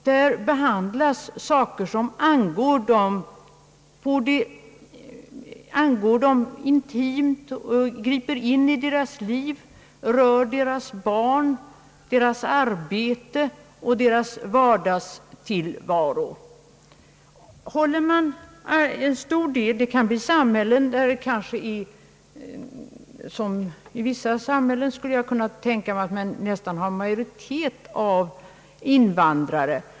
Där behandlas saker som angår dem intimt, griper in i deras liv, rör deras barn, deras arbete och deras vardagstillvaro. I vissa samhällen skulle jag kunna tänka mig att man nästan har en majoritet av invandrare.